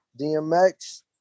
DMX